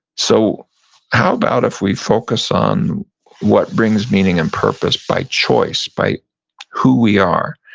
so how about if we focus on what brings meaning and purpose by choice, by who we are?